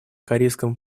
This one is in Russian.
корейском